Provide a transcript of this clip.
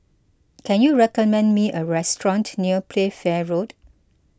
can you recommend me a restaurant near Playfair Road